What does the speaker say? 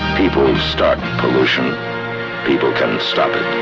people start pollution people can stop it